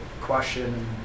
question